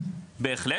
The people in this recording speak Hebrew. בהחלט,